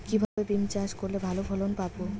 কিভাবে বিম চাষ করলে ভালো ফলন পাব?